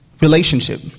relationship